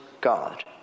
God